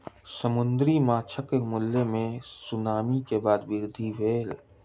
समुद्री माँछक मूल्य मे सुनामी के बाद वृद्धि भेल